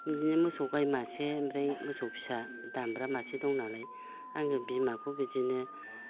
बिदिनो मोसौ गाइ मासे ओमफ्राय मोसौ फिसा दामब्रा मासे दं नालाय आङो बिमाखौ बिदिनो